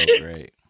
great